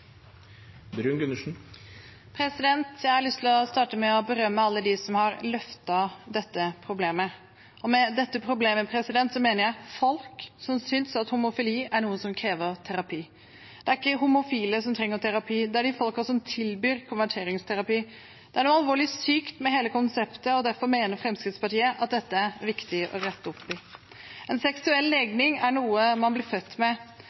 underlig. Jeg har lyst til å starte med å berømme alle de som har løftet dette problemet. Med «dette problemet» mener jeg folk som synes at homofili er noe som krever terapi. Det er ikke homofile som trenger terapi, det er de folkene som tilbyr konverteringsterapi. Det er noe alvorlig sykt med hele konseptet, og derfor mener Fremskrittspartiet at dette er viktig å rette opp i. En seksuell legning er noe man blir født med.